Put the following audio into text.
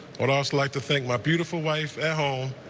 would also like to thank my beautiful wife at home,